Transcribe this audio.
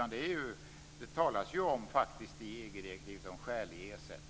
I EG-direktivet talas det om skälig ersättning.